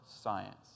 science